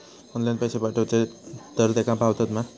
Online पैसे पाठवचे तर तेका पावतत मा?